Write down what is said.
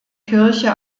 kirche